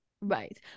Right